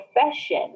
profession